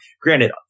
granted